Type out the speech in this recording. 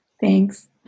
Thanks